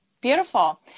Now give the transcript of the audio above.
beautiful